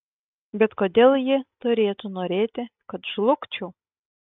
bet kodėl ji turėtų norėti kad žlugčiau